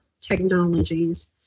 technologies